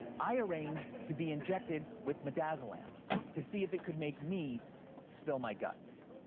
i arranged to be injected with midazolam to see if it could make me spill my guts.